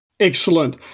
Excellent